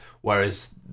Whereas